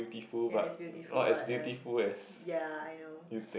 yeah it's beautiful but uh ya I know